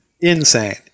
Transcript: insane